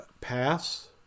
Pass